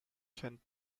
kennt